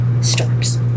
storms